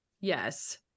Yes